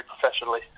professionally